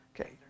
Okay